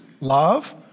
love